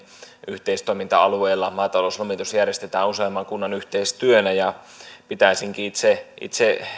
yhteistoiminta alueella maatalouslomitus järjestetään useamman kunnan yhteistyönä pitäisinkin itse itse